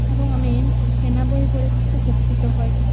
এবং আমি কেনা বই পড়ে খুব উপকৃত হই